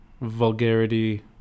vulgarity